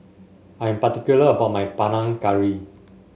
I am particular about my Panang Curry